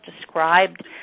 described